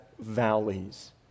valleys